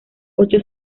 ocho